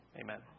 amen